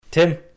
Tim